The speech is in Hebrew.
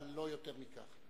אבל לא יותר מכך.